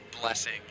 blessing